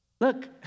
Look